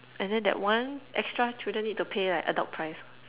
and then that one extra children need to pay like adult price